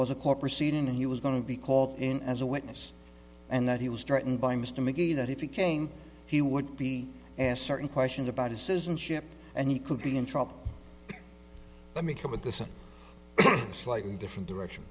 was a core proceeding and he was going to be called in as a witness and that he was threatened by mr mcgee that if he came he would be asked certain questions about his citizenship and he could be in trouble let me come at this a slightly different direction